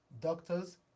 doctors